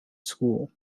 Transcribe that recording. school